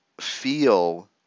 feel